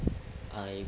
I